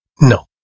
No